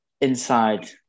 inside